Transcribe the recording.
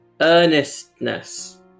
earnestness